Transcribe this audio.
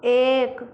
एक